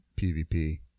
pvp